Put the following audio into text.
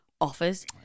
offers